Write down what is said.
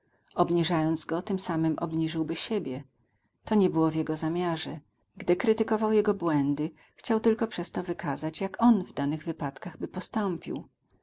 obniżając go tensamem obniżyłby siebie to nie było w jego zamiarze gdy krytykował jego błędy chciał tylko przez to wykazać jak on w danych wypadkach by postąpił